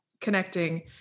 connecting